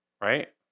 right